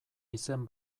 izen